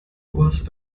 was